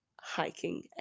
hiking